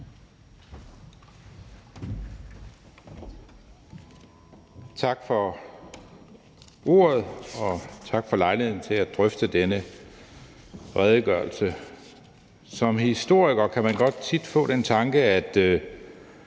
Tak for ordet, og tak for lejligheden til at drøfte denne redegørelse. Som historiker kan man godt tit få den tanke, at